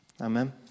Amen